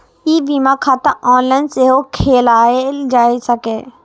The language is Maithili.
ई बीमा खाता ऑनलाइन सेहो खोलाएल जा सकैए